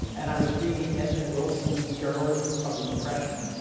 and i was reading edmund wilson's journalism from the depression,